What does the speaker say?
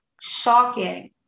shocking